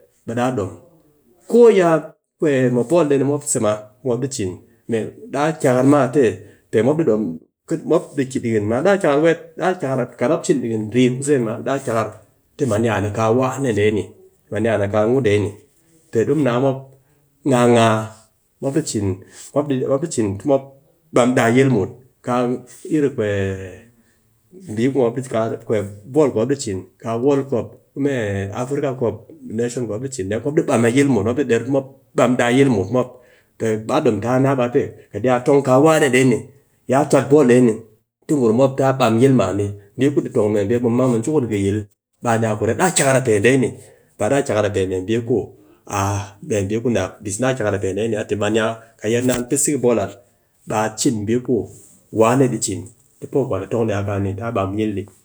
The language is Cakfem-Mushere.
ko ya mi bol dee ma se ku mop ɗi cin daa kikar ma a tɨ pe mop di dom mop ɗi ki ɗikin ma daa kikar weet, daa kikar kat mop cin ɗikin rin ku zeen ma daa kikar a tɨ man yi an kaa wane dee ni, kat yi an a ngu dee ni ni, pe ɗi mu naa mop gaa gaa, mop ɗi cin, mop ɗi cin tɨ mop bam dɨ a yil muut, kaa iri bii ku mpo kaa bol ku mop ɗi cin kaa wol kop, kume mee afirka kop mop ɗi bam dɨ a yil muut. mop dɨ der tɨ mop bam dɨ yil muut mop, pe daa ɗom taa naa baa tɨ kat ya tong kaa wane dee ni, yya cwat bol dee ni ti gurum mop ta bam yil man di. Bii ku ɗi tong mee pe ɓe mu mang mu ji ku ni kɨ yil, ɓe a ni a kuret, daa kikai a pe dee ni, ba daa a kikar a pe mee bii ku a mee bii ku ni a ku bis, daa kikar a pe dee ni, a tɨ kat yi naan pɨ siki bol an, bii cin bii ku wane ɗi cin tɨ po kwan a tong ɗi a kaa ku daa bam yil ɗi.